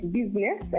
business